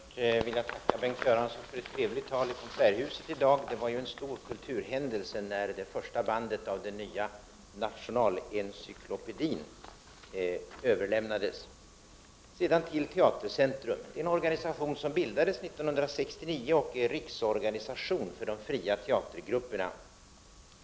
Fru talman! Först vill jag tacka Bengt Göransson för ett trevligt tal i dag på Konserthuset. Det var en stor kulturhändelse när det första bandet av den nya nationalencyklopedin överlämnades. Så över till Teatercentrum, som är en organisation som bildades 1969 och som är riksorganisation för de fria teatergrupperna.